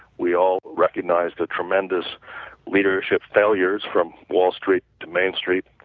we all recognize the tremendous leadership failures from wall street to main street,